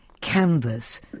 canvas